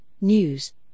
news